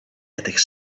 ethics